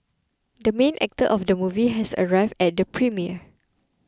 the main actor of the movie has arrived at the premiere